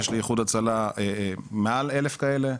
יש לאיחוד הצלה מעל 1000 כאלה,